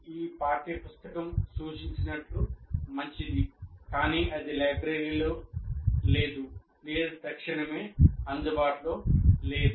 Yhe పాఠ్య పుస్తకం సూచించినట్లు మంచిది కానీ అది లైబ్రరీలో లేదు లేదా తక్షణమే అందుబాటులో లేదు